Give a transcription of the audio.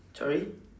sorry